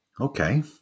Okay